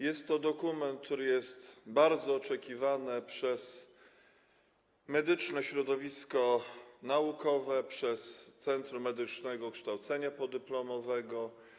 Jest to dokument, który jest bardzo oczekiwany przez medyczne środowisko naukowe, przez Centrum Medyczne Kształcenia Podyplomowego.